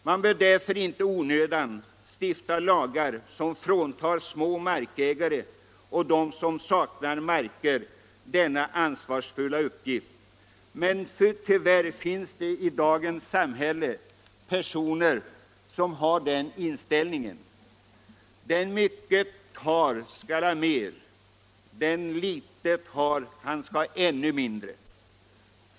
Man bör därför inte i onödan stifta lagar som fråntar små markägare och de som saknar marker denna ansvarsfulla uppgift. Men tyvärr finns det i dagens samhälle många som anser att den mycket har skall ha mer, den litet har skall ha ännu mindre!